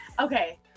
okay